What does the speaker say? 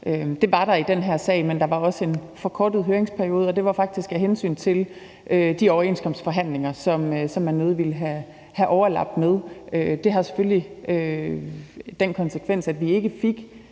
Det var der i den her sag, men der var også en forkortet høringsperiode, og det var faktisk af hensyn til de overenskomstforhandlinger, som man nødig ville have overlap med. Det har selvfølgelig den konsekvens, at vi ikke fik